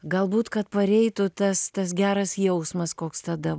galbūt kad pareitų tas tas geras jausmas koks tada